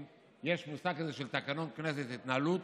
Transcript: יש מושג כזה בתקנון כנסת: התנהלות.